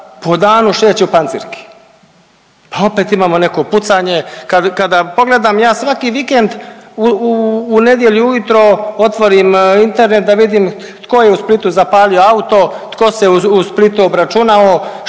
po danu šeće u pancirki. Pa opet imamo neko pucanje, kada pogledam ja svaki vikend u nedjelju ujutro otvorim internet da vidim tko je u Splitu zapalio auto, tko se u Splitu obračunao,